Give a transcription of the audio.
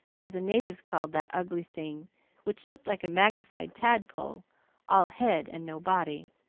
as the natives call that ugly thing which looks like a magnified tadpole all head and no body.